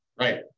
Right